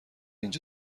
اینجا